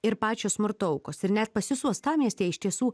ir pačios smurto aukos ir net pas jus uostamiestyje iš tiesų